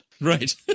Right